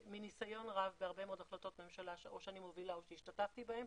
מניסיון רב מהרבה מאוד החלטות ממשלה שאו שאני מובילה או שהשתתפתי בהן,